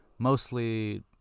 mostly